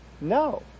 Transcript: No